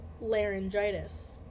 laryngitis